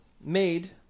made